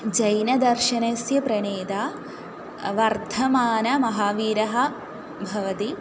जैनदर्शनस्य प्रणेता वर्धमानमहावीरः भवति